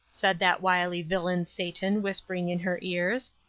said that wily villain satan, whispering in her ears.